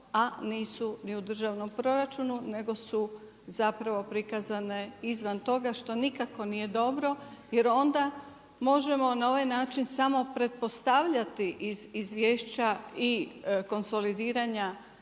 a nisu ni u državnom proračunu nego su zapravo prikazane izvan toga što nikako nije dobro jer onda možemo na ovaj način samo pretpostavljati iz izvješća i konsolidiranja